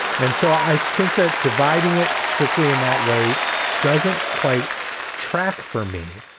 and so i think that dividing it strictly in that way doesn't quite track for me,